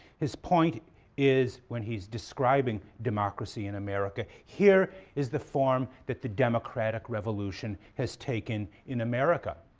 his point is, when he's describing democracy in america, here is the form that the democratic revolution has taken in america.